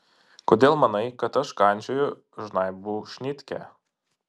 kodėl manai kad aš kandžioju žnaibau šnitkę